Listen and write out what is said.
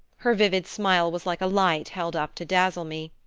her vivid smile was like a light held up to dazzle me.